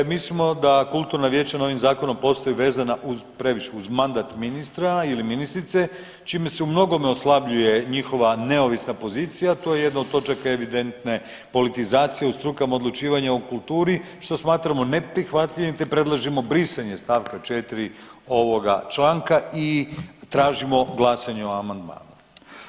Mislimo da kulturna vijeća novim zakonom postaju vezana previše uz mandat ministra ili ministrice čime se u mnogome oslabljuje njihova neovisna pozicija, to je jedna od točaka evidentne politizacije u strukama odlučivanja u kulturi što smatramo neprihvatljivim te predlažemo brisanje st. 4. ovoga članka i tražimo glasanje o amandmanu.